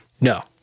No